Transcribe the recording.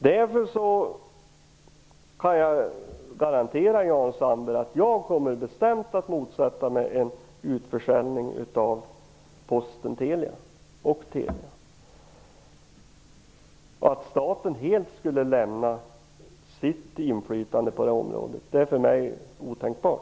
Därför kan jag garantera Jan Sandberg att jag kommer att bestämt motsätta mig en utförsäljning av Posten och Telia. Att staten helt skulle lämna sitt inflytande på det här området är för mig otänkbart.